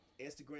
Instagram